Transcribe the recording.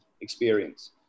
experience